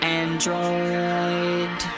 android